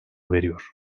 veriyor